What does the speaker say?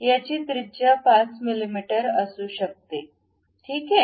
याची त्रिज्या 5 मिलिमीटर असू शकते ठीक आहे